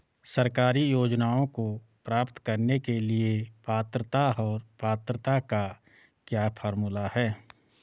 सरकारी योजनाओं को प्राप्त करने के लिए पात्रता और पात्रता का क्या फार्मूला है?